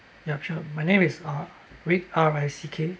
yup sure my name is uh rick R I C K